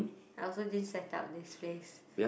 I also didn't set up this place